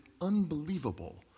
unbelievable